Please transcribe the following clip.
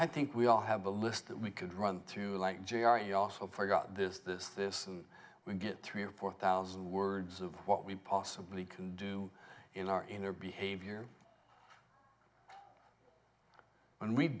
i think we all have a list that we could run through like jr you also forgot this this this and we get three or four thousand words of what we possibly can do in our inner behavior when we